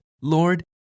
Lord